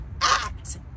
act